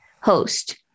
host